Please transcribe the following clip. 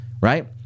right